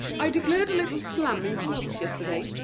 i declared a little slam in clubs yesterday,